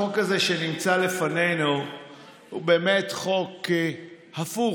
החוק הזה שנמצא לפנינו הוא באמת חוק הפוך,